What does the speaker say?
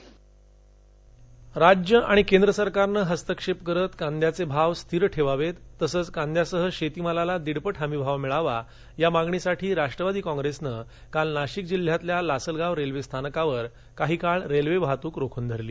rail रोको नाशिक राज्य आणि केंद्र सरकारनं हस्तक्षेप करत कांद्याचे भाव स्थिर ठेवावेत तसंच कांद्यासह शेतीमालाला दीडपट हमी भाव मिळावा या मागणीसाठी राष्ट्रवादी काँप्रेसनं काल नाशिक जिल्ह्यातील लासलगाव रेल्वे स्थानकावर काही काळ रेल्वे वाहतूक रोखून धरली